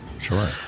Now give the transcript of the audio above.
Sure